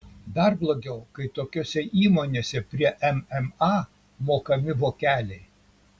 dar blogiau kai tokiose įmonėse prie mma mokami vokeliai